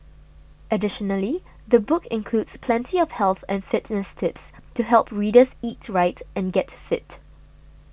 additionally the book includes plenty of health and fitness tips to help readers eat right and get fit